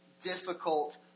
difficult